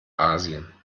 asien